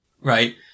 right